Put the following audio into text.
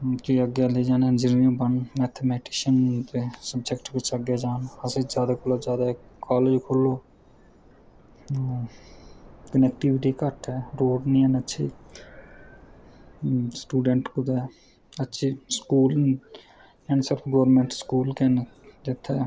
कि में चाह्न्नां कि ओह् अग्गें इंजीनियर बनन ते अग्गें मैथमटिशीयन गी अग्गें लेइयै जान सब्जेक्ट बिच अग्गें जान असेंगी जादै कोला जादै कॉलेज़ खोलो क्नेक्टीविटी घट्ट ऐ रोड़ निं हैन अच्छे स्टूडेंट कुदै अच्छे स्कूल न ते सब गौरमैंट स्कूल गै न जित्थें